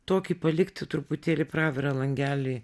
tokį palikti truputėlį pravirą langelį